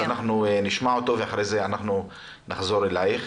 אז אנחנו נשמע אותו ואחרי זה נחזור אלייך.